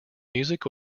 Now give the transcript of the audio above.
music